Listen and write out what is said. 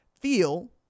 feel